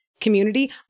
community